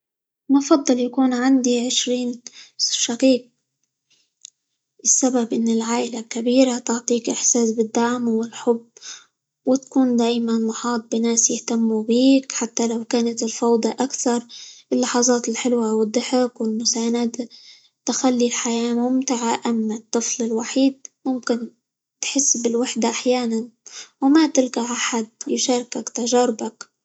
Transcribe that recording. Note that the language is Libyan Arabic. نفضل يكون عندي عشرين شقيق؛ السبب إن العائلة الكبيرة تعطيك إحساس بالدعم، والحب، وتكون دايما محاط بناس يهتموا بيك حتى لو كانت الفوضى أكثر، اللحظات الحلوة، والضحك، والمساندة تخلى الحياة ممتعة، أما الطفل الوحيد ممكن تحس بالوحدة أحيانا، وما تلقى أحد يشاركك تجاربك.